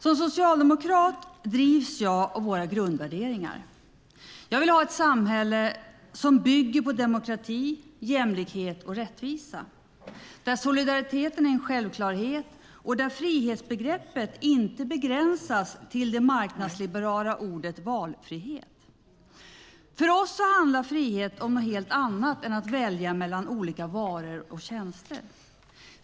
Som socialdemokrat drivs jag av våra grundvärderingar. Jag vill ha ett samhälle som bygger på demokrati, jämlikhet och rättvisa, där solidariteten är en självklarhet och där frihetsbegreppet inte begränsas till det marknadsliberala ordet valfrihet. För oss handlar frihet om något helt annat än att välja mellan olika varor eller tjänster.